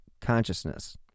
consciousness